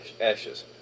ashes